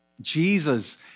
Jesus